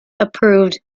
approved